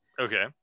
Okay